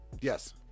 Yes